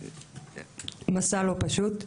מסע לא פשוט.